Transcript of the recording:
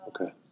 Okay